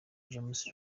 james